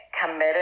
committed